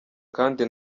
kandi